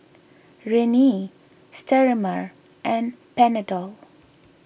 Rene Sterimar and Panadol